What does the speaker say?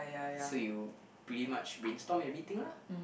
so you pretty much brainstorm everything lah